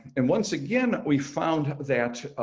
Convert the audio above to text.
and once again, we found that